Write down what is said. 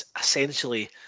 essentially